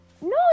No